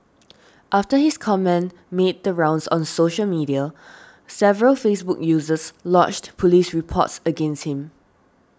after his comment made the rounds on social media several Facebook users lodged police reports against him